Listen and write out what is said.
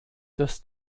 des